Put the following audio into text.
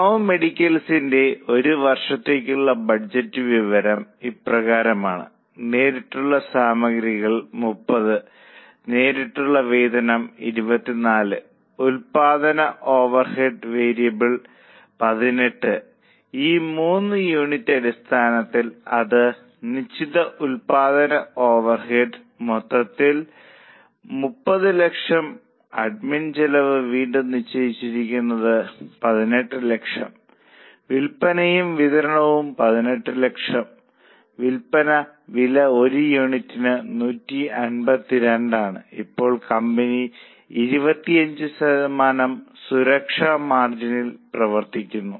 പ്രണവ് കെമിക്കൽസിന്റെ ഒരു വർഷത്തേക്കുള്ള ബഡ്ജറ്റ് വിവരം ഇപ്രകാരമാണ് നേരിട്ടുള്ള സാമഗ്രികൾ 30 നേരിട്ടുള്ള വേതനം 24 ഉൽപ്പാദന ഓവർഹെഡ് വേരിയബിൾ 18 ഈ മൂന്നും യൂണിറ്റ് അടിസ്ഥാനത്തിൽ ആണ് നിശ്ചിത ഉൽപ്പാദന ഓവർഹെഡ് മൊത്തത്തിൽ 3000000 അഡ്മിൻ ചെലവ് വീണ്ടും നിശ്ചയിച്ചിരിക്കുന്നത് 1800000 വിൽപ്പനയും വിതരണവും 1800000 വിൽപ്പന വില ഒരു യൂണിറ്റിന് 152 ആണ് ഇപ്പോൾ കമ്പനി 25 ശതമാനം സുരക്ഷാ മാർജിനിൽ പ്രവർത്തിക്കുന്നു